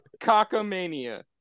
cockamania